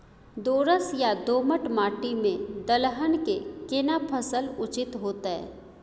दोरस या दोमट माटी में दलहन के केना फसल उचित होतै?